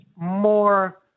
more